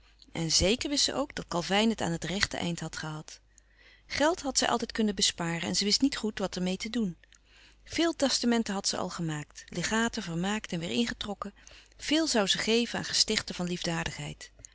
en zéker wist ze ook dat calvijn het aan het rechte eind had gehad geld had zij altijd kunnen besparen en ze wist niet goed wat er meê te doen veel testamenten had ze al gemaakt legaten vermaakt en weêr ingetrokken veel zoû ze geven aan gestichten van liefdadigheid